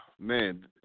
man